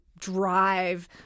drive